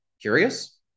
Curious